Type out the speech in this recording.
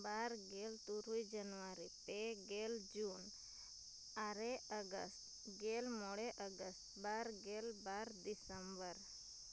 ᱵᱟᱨᱜᱮᱞ ᱛᱩᱨᱩᱭ ᱡᱟᱱᱩᱣᱟᱨᱤ ᱯᱮ ᱜᱮᱞ ᱡᱩᱱ ᱟᱨᱮ ᱟᱜᱚᱥᱴ ᱜᱮᱞ ᱢᱚᱬᱮ ᱟᱜᱚᱥᱴ ᱵᱟᱨ ᱜᱮᱞ ᱵᱟᱨ ᱫᱤᱥᱚᱢᱵᱚᱨ